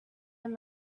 and